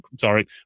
Sorry